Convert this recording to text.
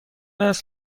است